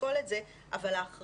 לשקול את זה, אבל האחריות,